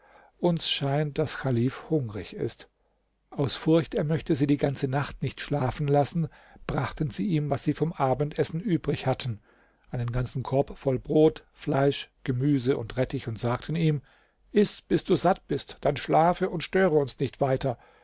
uns scheint daß chalif hungrig ist aus furcht er möchte sie die ganze nacht nicht schlafen lassen brachten sie ihm was sie vom abendessen übrig hatten einen ganzen korb voll brot fleisch gemüse und rettich und sagten ihm iß bis du satt bist dann schlafe und störe uns nicht weiter